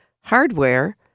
hardware